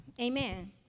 amen